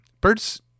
Birds